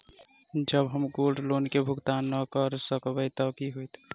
जँ हम gold loan केँ भुगतान न करऽ सकबै तऽ की होत?